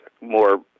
more